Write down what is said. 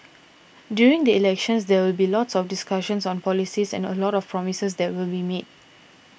during the elections there will be lots of discussion on policies and lots of promises that will be made